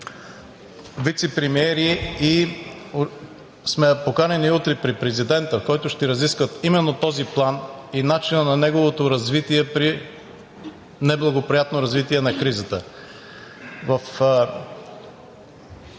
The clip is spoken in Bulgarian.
вицепремиерите сме поканени утре при президента – ще се разискват именно този план и начинът на неговото развитие при неблагоприятно развитие на кризата.